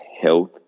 health